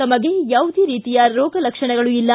ತಮಗೆ ಯಾವುದೇ ರೀತಿಯ ರೋಗ ಲಕ್ಷಣಗಳು ಇಲ್ಲ